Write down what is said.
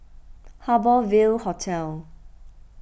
Harbour Ville Hotel